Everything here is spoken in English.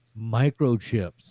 microchips